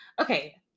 okay